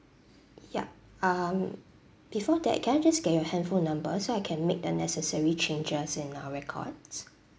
yup um before that can I just get your hand phone number so I can make the necessary changes in our records